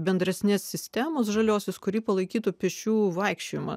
bendresnės sistemos žaliosios kuri palaikytų pėsčiųjų vaikščiojimą